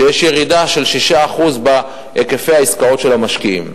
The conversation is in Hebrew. שיש ירידה של 6% בהיקפי העסקאות של המשקיעים.